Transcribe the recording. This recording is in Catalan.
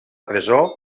presó